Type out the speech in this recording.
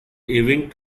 ewing